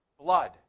blood